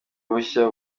bushya